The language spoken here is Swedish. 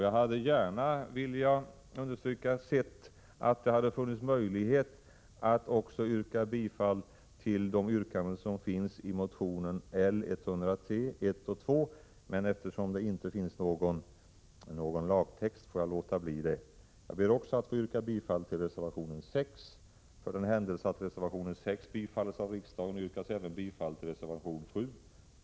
Jag hade gärna — vill jag understryka — sett att det hade funnits möjlighet att yrka bifall också till yrkandena 1 och 2 i motion L103, men eftersom lagtext saknas får jag låta bli att göra det. Jag ber också att få yrka bifall till reservation 6, och för den händelse reservation 6 bifalles av riksdagen yrkar jag även bifall till reservation 7.